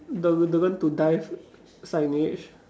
the the went to dive signage